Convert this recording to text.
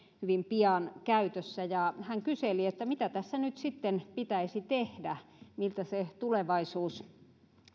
hyvin pian käytössä hän kyseli että mitä tässä nyt sitten pitäisi tehdä miltä se tulevaisuus